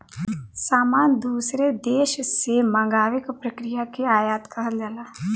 सामान दूसरे देश से मंगावे क प्रक्रिया के आयात कहल जाला